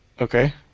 Okay